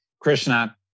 Krishna